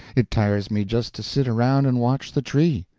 it tires me just to sit around and watch the tree.